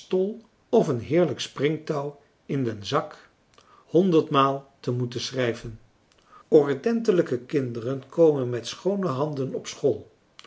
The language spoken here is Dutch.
of een heerlijk springtouw in den zak honderdmaal te moeten schrijven ordentelijke kinderen komen met schoone handen op school